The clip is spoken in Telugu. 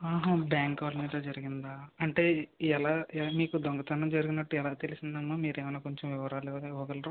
ఆహా బ్యాంక్ కాలనీలో జరిగిందా అంటే ఎలా మీకు దొంగతనం జరిగినట్టు ఎలా తెలిసింది అమ్మా మీరు ఏమైనా కొంచెం వివరాలు ఇవ్వగలరా